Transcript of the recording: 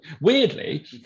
weirdly